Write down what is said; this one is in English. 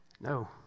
No